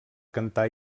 cantar